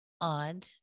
odd